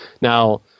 Now